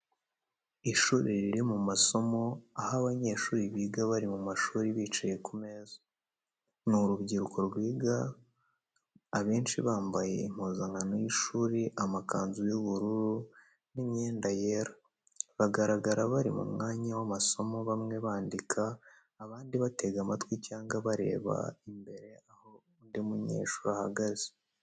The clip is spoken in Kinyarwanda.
Ishuri riri mu masomo, aho abanyeshuri biga bari mu ishuri bicaye ku meza. Ni urubyiruko rwiga abenshi bambaye impuzankano y’ishuri, amakanzu y’ubururu n’imyenda yera. Bagaragara bari mu mwanya w’amasomo bamwe bandika, abandi batega amatwi cyangwa bareba imbere aho undi munyeshuri ahagaze.